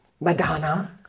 Madonna